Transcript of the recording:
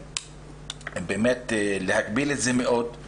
באמת להגביל את זה מאוד.